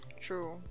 True